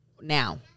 now